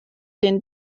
den